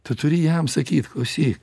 tu turi jam sakyt klausyk